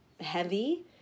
heavy